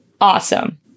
awesome